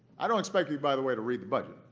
i don't expect you, by the way, to read the budget